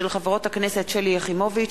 הצעתן של חברות הכנסת שלי יחימוביץ,